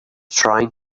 trying